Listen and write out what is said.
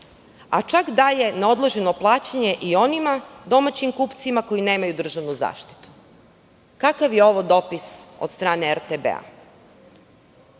a čak daje na odloženo plaćanje i onim domaćim kupcima koji nemaju državnu zaštitu. Kakav je ovo dopis od strane RTB?